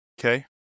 Okay